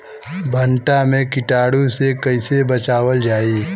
भनटा मे कीटाणु से कईसे बचावल जाई?